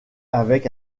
avec